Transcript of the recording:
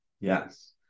Yes